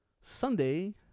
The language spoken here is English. Sunday